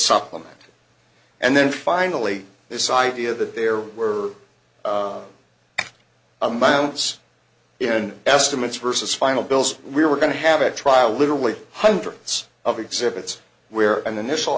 supplement and then finally this idea that there were amounts in estimates versus final bills we were going to have a trial literally hundreds of exhibits where an initial